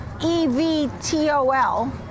EVTOL